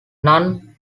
non